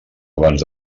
abans